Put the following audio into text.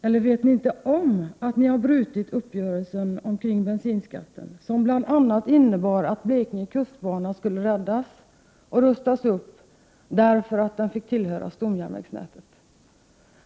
Eller vet ni inte om att ni brutit uppgörelsen om bensinskatten, som bl.a. innebar att Blekinge kustbana skulle tillhöra stomnätet och därmed räddas och rustas upp.